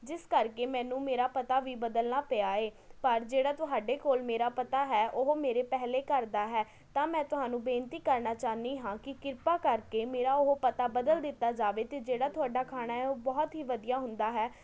ਜਿਸ ਕਰਕੇ ਮੈਨੂੰ ਮੇਰਾ ਪਤਾ ਵੀ ਬਦਲਣਾ ਪਿਆ ਏ ਪਰ ਜਿਹੜਾ ਤੁਹਾਡੇ ਕੋਲ ਮੇਰਾ ਪਤਾ ਹੈ ਉਹ ਮੇਰੇ ਪਹਿਲੇ ਘਰ ਦਾ ਹੈ ਤਾਂ ਮੈਂ ਤੁਹਾਨੂੰ ਬੇਨਤੀ ਕਰਨਾ ਚਾਹੁੰਦੀ ਹਾਂ ਕਿ ਕਿਰਪਾ ਕਰਕੇ ਮੇਰਾ ਉਹ ਪਤਾ ਬਦਲ ਦਿੱਤਾ ਜਾਵੇ ਅਤੇ ਜਿਹੜਾ ਤੁਹਾਡਾ ਖਾਣਾ ਹੈ ਉਹ ਬਹੁਤ ਹੀ ਵਧੀਆ ਹੁੰਦਾ ਹੈ